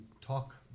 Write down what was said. talk